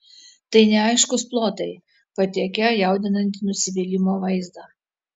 tai neaiškūs plotai patiekią jaudinantį nusivylimo vaizdą